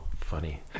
funny